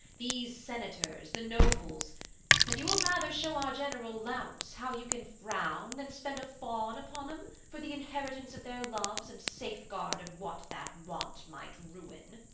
these senators, the nobles and you will rather show our general louts how you can frown, than spend a fawn upon em for the inheritance of their loves and safeguard of what that want might ruin.